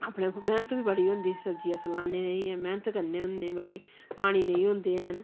अपने मेह्नत बी बड़ी होंदी सब्जी अस लान्ने मेह्नत करने होन्ने बड़े पानी नेईं होंदे हैन